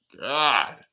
god